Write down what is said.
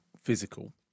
physical